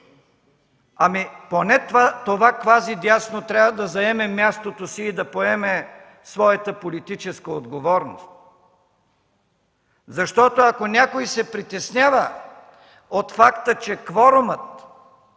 но поне това квази дясно трябва да заеме мястото си и да поеме своята политическа отговорност. Ако някой се притеснява от факта, че кворумът